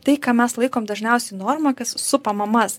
tai ką mes laikom dažniausiai norma kas supa mamas